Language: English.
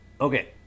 okay